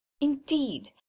indeed